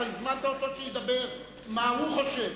אתה הזמנת אותו שידבר על מה הוא חושב.